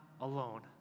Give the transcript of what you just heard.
alone